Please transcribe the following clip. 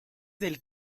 del